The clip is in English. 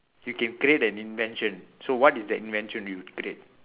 you can create an invention so what is that invention you would create